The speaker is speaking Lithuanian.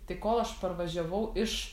tai kol aš parvažiavau iš